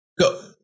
Go